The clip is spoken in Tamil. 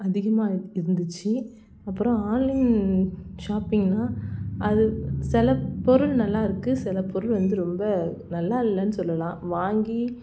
அதிகமாக இருந்துச்சு அப்புறம் ஆன்லைன் ஷாப்பிங்னால் அது சில பொருள் நல்லா இருக்குது சில பொருள் வந்து ரொம்ப நல்லா இல்லைன்னு சொல்லலாம் வாங்கி